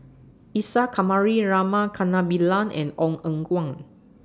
Isa Kamari Rama Kannabiran and Ong Eng Guan